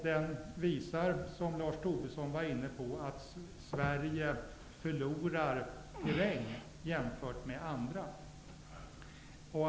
Den visar, som Lars Tobisson var inne på, att Sverige förlorar terräng jämfört med andra länder.